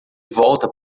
volta